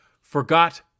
Forgot